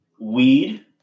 Weed